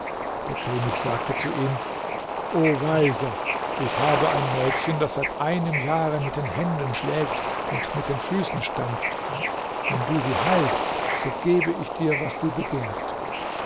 der könig sagte zu ihm o weiser ich habe ein mädchen das seit einem jahre mit den händen schlägt und mit den füßen stampft wenn du sie heilst so gebe ich dir was du begehrst